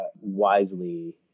wisely